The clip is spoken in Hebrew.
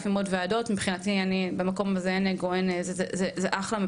הם מדברים על איכות חיים, על ESG, על